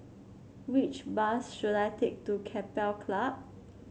which bus should I take to Keppel Club